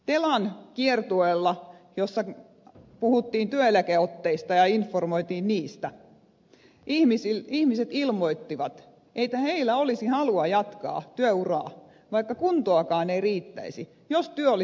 telan kiertueella jossa puhuttiin työeläkeotteista ja informoitiin niistä ihmiset ilmoittivat että heillä olisi halua jatkaa työuraa vaikka kuntoakaan ei riittäisi jos työ olisi kannustavaa